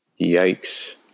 yikes